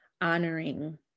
honoring